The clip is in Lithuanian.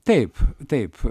taip taip